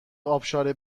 آبشار